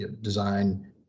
design